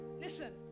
listen